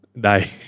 Die